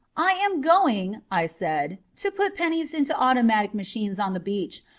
i am going, i said, to put pennies into automatic machines on the beach.